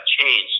changed